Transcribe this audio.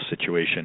situation